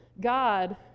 God